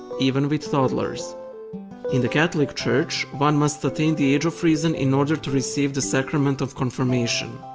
even with toddlers in the catholic church, one must attain the age of reason in order to receive the sacrament of confirmation.